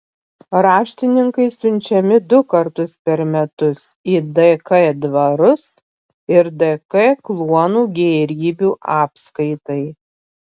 raštininkai siunčiami du kartus per metus į dk dvarus ir dk kluonų gėrybių apskaitai